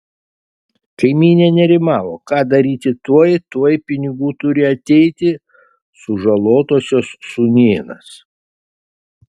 kaimynė nerimavo ką daryti tuoj tuoj pinigų turi ateiti sužalotosios sūnėnas